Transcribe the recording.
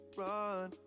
run